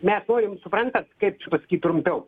mes norim suprantat kaip čia pasakyt trumpiau